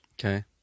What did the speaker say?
Okay